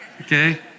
Okay